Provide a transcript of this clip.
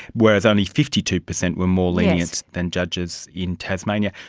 whereas only fifty two percent were more lenient than judges in tasmania.